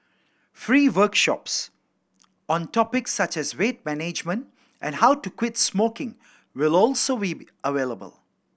free workshops on topics such as weight management and how to quit smoking will also be available